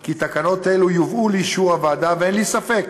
כי תקנות אלה יובאו לאישור הוועדה, ואין לי ספק